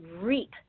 reap